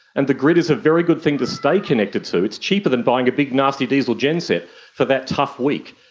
and the grid is a very good thing to stay connected to. it's cheaper than buying a big nasty diesel gen set for that tough week.